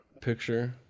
picture